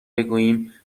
بگوییم